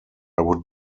would